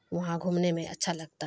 وہاں گھومنے میں اچھا لگتا ہے